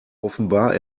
offenbar